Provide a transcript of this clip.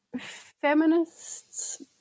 feminists